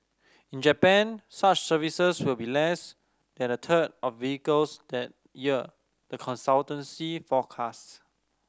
in Japan such services will be less than a third of vehicles that year the consultancy forecast